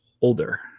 older